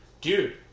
dude